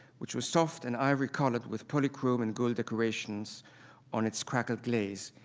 which was soft and ivory colored with polychrome and gold decorations on its crackle glaze,